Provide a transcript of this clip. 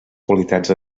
qualitats